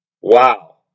Wow